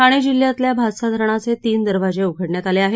ठाणे जिल्ह्यातल्या भातसा धरणाचे तीन दरवाजे उघडण्यात आले आहेत